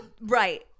Right